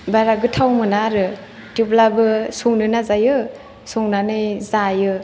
बारा गोथाव मोना आरो थेवब्लाबो संनो नाजायो संन्नानै जायो